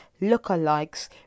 lookalikes